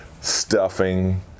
Stuffing